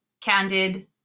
candid